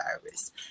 virus